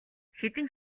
хэдэн